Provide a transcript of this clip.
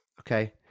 Okay